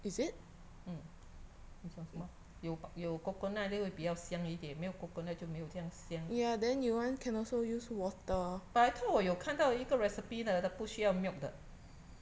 mm 你讲什么有有 coconut 会比较香一点没有 coconut 就没有这样香 but I thought 我有看到一个 recipe 的它不需要 milk 的